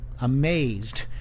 amazed